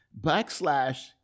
backslash